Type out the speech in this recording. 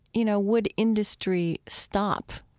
you know, would industry stop?